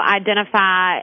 identify